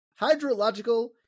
hydrological